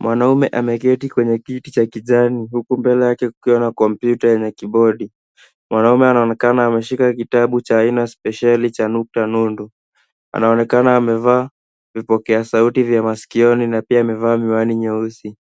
Mwanaume ameketi kwenye kiti cha kijani huku mbele yake kukiwa na kompyuta yenye kibodi. Mwanaume anaonekana kitabu cha aina speshieli cha nukta nundu, Anaonekana amevaa vipokea sauti vya maskioni na pia amevaa miwani nyeusi.